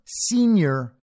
senior